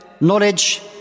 knowledge